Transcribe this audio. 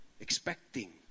expecting